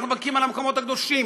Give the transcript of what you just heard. אנחנו נאבקים על המקומות הקדושים,